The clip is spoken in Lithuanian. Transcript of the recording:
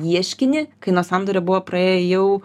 ieškinį kai nuo sandorio buvo praėję jau